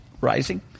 rising